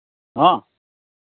ᱦᱮᱸ